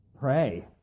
pray